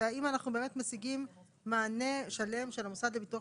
האם אנחנו באמת משיגים מענה שלם של המוסד לביטוח